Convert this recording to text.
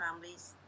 families